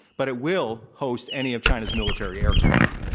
but it will host any of china's military aircraft.